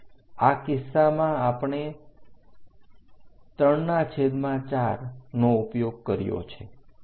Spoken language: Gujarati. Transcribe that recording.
આ કિસ્સામાં આપણે 34 નો ઉપયોગ કર્યો છે